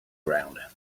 around